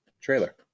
trailer